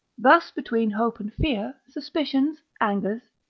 thus between hope and fear, suspicions, angers,